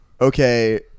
okay